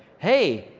hey,